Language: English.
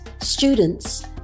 students